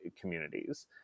communities